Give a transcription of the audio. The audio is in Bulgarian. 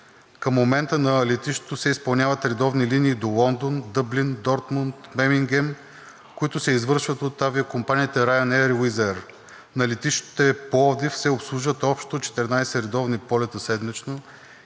Към момента на летището се изпълняват редовни линии до Лондон, Дъблин, Дортмунд, Меминген, които се извършват от авиокомпаниите Ryanair и Wizzair. На летище Пловдив се обслужват общо 14 редовни полета седмично